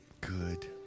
good